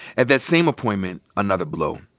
at that same appointment, another blow.